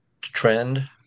trend